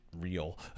real